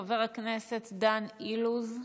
חבר הכנסת דן אילוז,